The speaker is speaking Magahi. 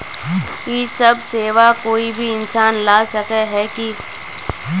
इ सब सेवा कोई भी इंसान ला सके है की?